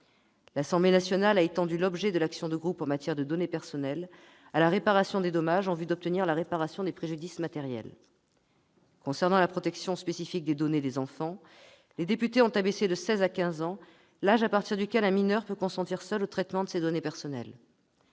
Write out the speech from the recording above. L'Assemblée nationale a étendu l'objet de l'action de groupe en matière de données personnelles à la réparation des dommages en vue d'obtenir la réparation des préjudices matériels. Concernant la protection spécifique des données des enfants, les députés ont abaissé de seize à quinze ans l'âge à partir duquel un mineur peut consentir seul au traitement de ses données personnelles.